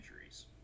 injuries